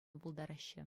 пултараҫҫӗ